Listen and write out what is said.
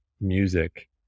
music